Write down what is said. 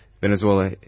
Venezuela